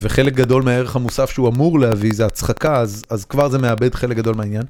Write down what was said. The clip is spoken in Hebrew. וחלק גדול מערך המוסף שהוא אמור להביא, זה הצחקה, אז כבר זה מאבד חלק גדול מעניין.